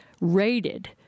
rated